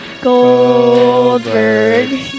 Goldberg